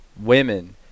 Women